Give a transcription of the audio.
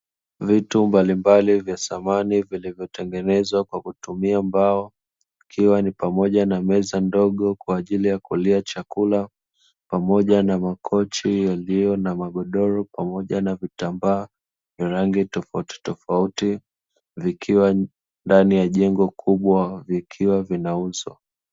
Vitu mbalimbali za samani vilivyotengenezwa kwa kutumia mbao ikiwa ni pamoja na meza ndogo kwa ajili ya kulia chakula pamoja na makochi yaliyo na magodoro pamoja na vitambaa, vya rangi tofauti tofauti, vikiwa ndani ya jengo kubwa vikiwa vinauzwa.